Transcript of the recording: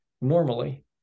normally